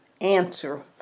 answer